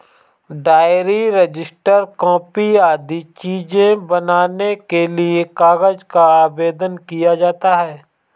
diary, register, copy आदि चीजें बनाने के लिए कागज का आवेदन किया जाता है